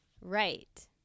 right